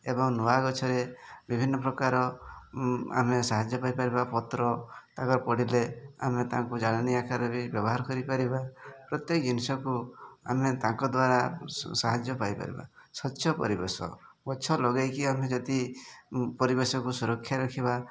ଏବଂ ନୂଆ ଗଛରେ ବିଭିନ୍ନ ପ୍ରକାର ଆମେ ସାହାଯ୍ୟ ପାଇପାରିବା ପତ୍ର ତାଙ୍କର ପଡ଼ିଲେ ଆମେ ତାଙ୍କୁ ଜାଳେଣୀ ଆକାରରେ ବି ବ୍ୟବହାର କରିପାରିବା ପ୍ରତ୍ୟେକ ଜିନିଷକୁ ଆମେ ତାଙ୍କ ଦ୍ୱାରା ସାହାଯ୍ୟ ପାଇପାରିବା ସ୍ଵଚ୍ଛ ପରିବେଶ ଗଛ ଲଗାଇକି ଆମେ ଯଦି ପରିବେଶକୁ ସୁରକ୍ଷା ରଖିବା